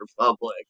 republic